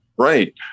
Right